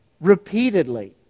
repeatedly